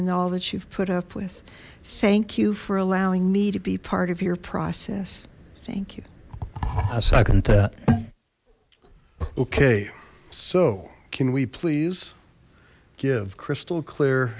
and all that you've put up with thank you for allowing me to be part of your process thank you second okay so can we please give crystal clear